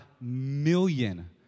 million